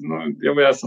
nu jau esam